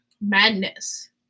madness